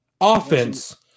offense